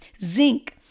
zinc